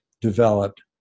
developed